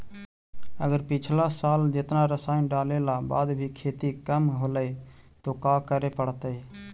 अगर पिछला साल जेतना रासायन डालेला बाद भी खेती कम होलइ तो का करे पड़तई?